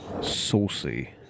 saucy